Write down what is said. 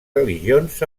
religions